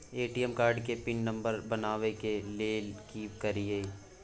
ATM card के pin number बनाबै के लेल की करिए?